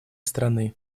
страны